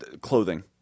clothing